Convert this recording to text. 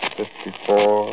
fifty-four